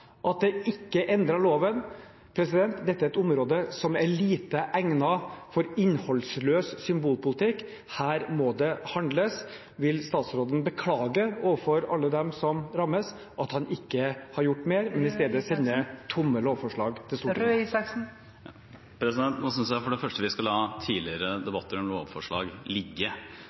at det ikke endret loven. Dette er et område som er lite egnet for innholdsløs symbolpolitikk, her må det handles. Vil statsråden beklage overfor alle dem som rammes at han ikke har gjort mer, men i stedet sender tomme lovforslag til Stortinget? Nå synes jeg for det første vi skal la tidligere